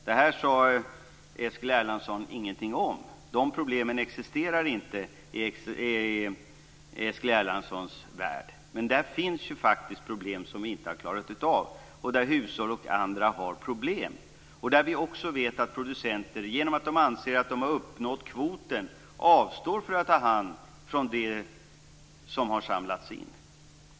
Detta sade Eskil Erlandsson ingenting om. Dessa problem existerar inte i Eskil Erlandssons värld, men där finns faktiskt frågor som vi inte har klarat av och som lett till problem för hushåll och andra. Vi vet också att producenter anser att de har uppnått kvoten och därför avstår från att ta hand om det som har samlats in.